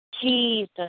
Jesus